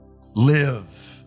Live